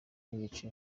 n’igice